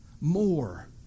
more